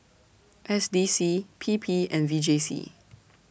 S D C P P and V J C